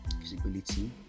visibility